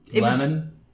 Lemon